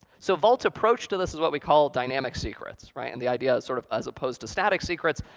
so vault's approach to this is what we call dynamic secrets, right? and the idea is, sort of as opposed to static secrets,